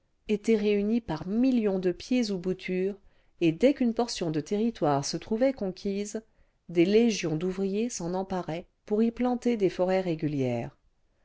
étaient réunies par millions de pieds ou boutures et dès qu'une portion de territoire se trouvait conquise des légions d'ouvriers s'en emparaient pour y planter des forêts régulières